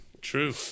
True